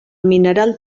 mineral